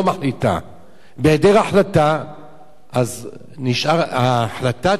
בהיעדר החלטה אז ההחלטה תישאר בידי בית-המשפט.